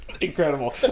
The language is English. Incredible